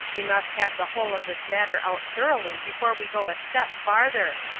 we must have the whole of this matter out thoroughly before we go a step farther.